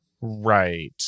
right